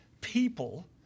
people